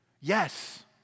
Yes